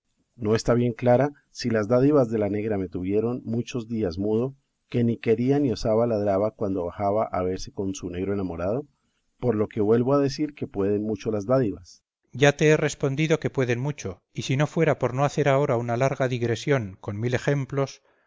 no está bien clara si las dádivas de la negra me tuvieron muchos días mudo que ni quería ni osaba ladrarla cuando bajaba a verse con su negro enamorado por lo que vuelvo a decir que pueden mucho las dádivas cipión ya te he respondido que pueden mucho y si no fuera por no hacer ahora una larga digresión con mil ejemplos